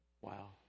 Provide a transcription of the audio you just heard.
Wow